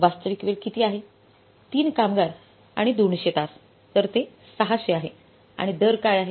वास्तविक वेळ किती आहे 3 कामगार आणि 200 तास तर ते 600 आहे आणि दर काय आहे